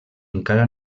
encara